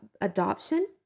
adoption